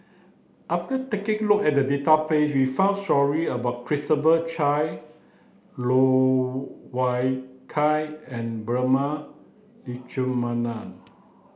after taking a look at the database we found stories about Christopher Chia Loh Wai Kiew and Prema Letchumanan